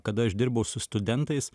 kada aš dirbau su studentais